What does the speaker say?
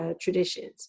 traditions